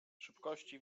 szybkości